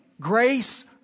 Grace